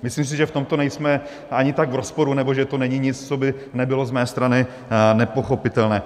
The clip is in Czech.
Myslím si, že v tomto nejsme ani tak v rozporu nebo že to není nic, co by nebylo z mé strany nepochopitelné.